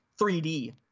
3D